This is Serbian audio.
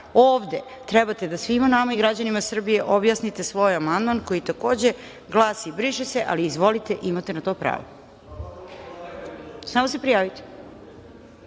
sale. Ovde trebate da svima nama i građanima Srbije objasnite svoj amandman koji takođe glasi – briše se, ali, izvolite, imate na to pravo. Samo se prijavite. Izvolite.